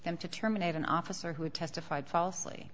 them to terminate an officer who testified falsely